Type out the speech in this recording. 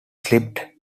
slipped